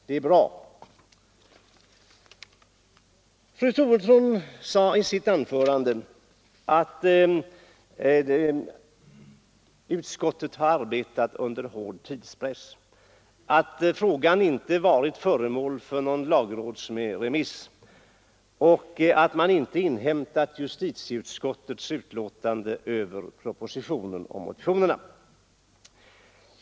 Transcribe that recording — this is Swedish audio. Det är bra.” Fru Troedsson sade i sitt anförande att utskottet har arbetat under hård tidspress, att frågan inte varit föremål för någon lagrådsremiss och att man inte inväntat justitieutskottets yttrande över propositionen och motionerna.